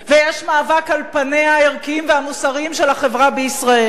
יש מאבק על פניה הערכיים והמוסריים של החברה בישראל.